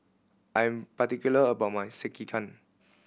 I am particular about my Sekihan